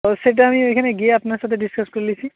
তো সেটা আমি ওখানে গিয়ে আপনার সাথে ডিসকাস করে নিচ্ছি